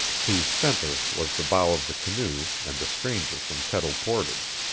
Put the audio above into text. whose centre was the bow of the canoe and the stranger from kettle portage.